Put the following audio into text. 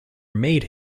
made